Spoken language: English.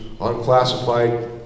unclassified